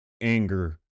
anger